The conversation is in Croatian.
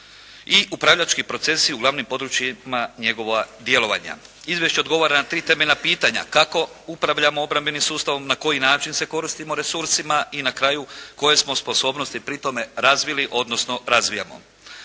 i upravljački procesi u glavnim područjima njegova djelovanja. Izvješće odgovara na tri temeljna pitanja: Kako upravljamo obrambenih sustavom, na koji način se koristimo resursima i na kraju, koje smo sposobnosti pri tome razvili odnosno razvijamo.